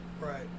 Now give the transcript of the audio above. Right